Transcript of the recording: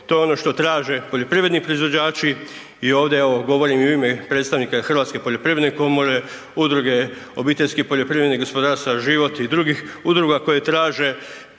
to je ono što traže poljoprivredni proizvođači i ovde evo govorim i u ime predstavnika Hrvatske poljoprivredne komore, Udruge obiteljskih poljoprivrednih gospodarstava Život i drugih udruga koje traže